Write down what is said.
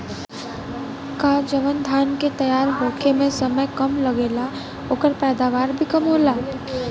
का जवन धान के तैयार होखे में समय कम लागेला ओकर पैदवार भी कम होला?